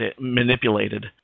manipulated